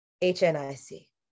H-N-I-C